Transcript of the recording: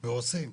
ועושים.